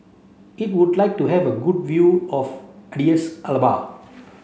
it would like to have a good view of Addis Ababa